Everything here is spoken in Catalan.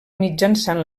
mitjançant